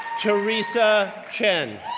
teresa chen,